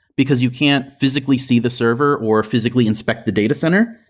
because you can't physically see the server or physically inspect the data center.